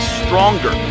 stronger